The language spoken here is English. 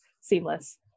seamless